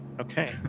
Okay